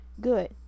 Good